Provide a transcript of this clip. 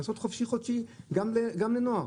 לעשות חופשי-חודשי גם לנוער.